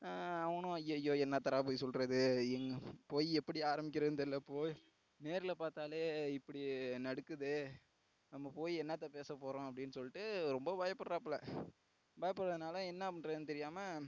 அவனும் அய்யய்யோ என்னத்தடா போய் சொல்லுறது போய் எப்படி ஆரமிக்கிறதுன்னு தெரியல நேரில் பார்த்தாலே இப்படி நடுக்குதே நம்ம போய் என்னாத்த பேசப்போகிறோம் அப்படின்னு சொல்லிட்டு ரொம்ப பயப்பிடுறாப்ல பயப்பிடுறதனால என்ன பண்ணுறதுன்னு தெரியாம